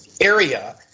area